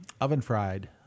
oven-fried